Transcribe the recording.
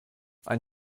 ein